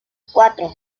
cuatro